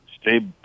stay